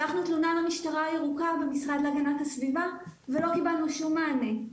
שלחנו תלונה למשטרה הירוקה במשרד להגנת הסביבה ולא קיבלנו שום מענה.